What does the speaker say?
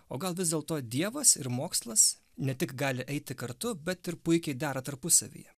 o gal vis dėlto dievas ir mokslas ne tik gali eiti kartu bet ir puikiai dera tarpusavyje